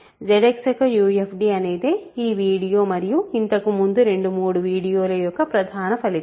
ZX ఒక UFD అనేదే ఈ వీడియో మరియు ఇంతకు ముందు రెండు మూడు వీడియోల యొక్క ప్రధాన ఫలితం